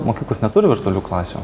mokyklos neturi virtualių klasių